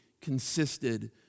consisted